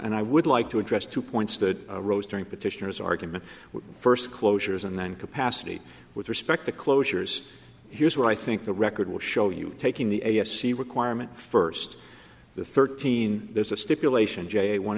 and i would like to address two points that rose during petitioner's argument were first closures and then capacity with respect to closures here's what i think the record will show you taking the a s c requirement first the thirteen there's a stipulation j one